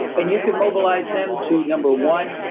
and you can mobilize them to, number one,